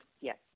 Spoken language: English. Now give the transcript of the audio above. yes